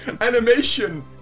Animation